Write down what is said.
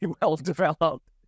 well-developed